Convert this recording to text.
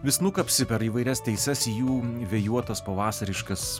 vis nukapsi per įvairias teises jų vėjuotas pavasariškas